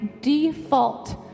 default